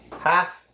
Half